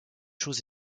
chose